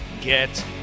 get